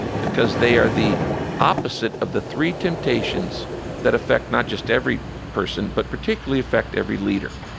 because they are the opposite of the three temptations that affect not just every person, but particularly affect every leader.